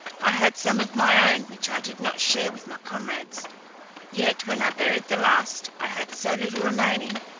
i had some of my own which i did not share with my comrades yet when i buried the last, i had so little remaining,